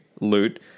loot